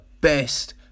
best